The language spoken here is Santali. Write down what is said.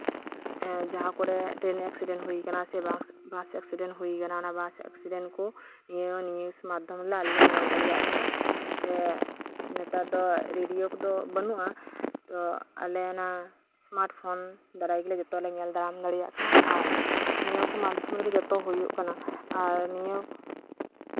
ᱮᱸᱜ ᱡᱟᱦᱟᱸ ᱠᱚᱨᱮ ᱴᱨᱮᱱ ᱮᱠᱥᱤᱰᱮᱱ ᱦᱩᱭ ᱠᱟᱱᱟ ᱥᱮ ᱵᱟᱥ ᱮᱠᱥᱤᱰᱮᱱ ᱦᱩᱭ ᱠᱟᱱᱟ ᱚᱱᱟ ᱠᱚᱨᱮ ᱵᱟᱥ ᱮᱠᱥᱤᱰᱮᱱ ᱠᱩ ᱱᱤᱭᱟᱹ ᱱᱤᱭᱩᱡ ᱢᱟᱫᱽᱫᱷᱚᱢ ᱨᱮ ᱟᱞᱮ ᱞᱮ ᱧᱮᱞ ᱫᱟᱲᱮᱣᱟᱜ ᱠᱟᱱᱟ ᱥᱮ ᱱᱮᱛᱟᱨ ᱫᱚ ᱨᱮᱰᱤᱭᱳ ᱠᱚᱫᱚ ᱵᱟᱱᱩᱜᱼᱟ ᱟᱞᱮ ᱚᱱᱟ ᱥᱢᱟᱨᱴ ᱯᱷᱳᱱ ᱫᱟᱨᱟᱭ ᱜᱮ ᱡᱚᱛᱚ ᱞᱮ ᱧᱮᱞ ᱫᱟᱨᱟᱢ ᱫᱟᱲᱮᱭᱟᱜ ᱠᱟᱱᱟ ᱟᱨ ᱱᱤᱭᱟᱹ ᱠᱚ ᱢᱟᱫᱽᱫᱷᱚᱢ ᱨᱮᱜᱮ ᱡᱚᱛᱚ ᱦᱩᱭᱩᱜ ᱠᱟᱱᱟ ᱟᱨ ᱱᱤᱭᱟ